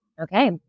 Okay